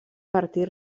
partit